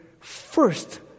first